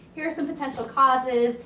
here are some potential causes.